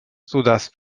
sodass